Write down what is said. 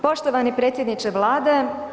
Poštovani predsjedniče Vlade.